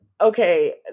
okay